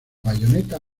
bayoneta